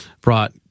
brought